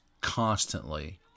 constantly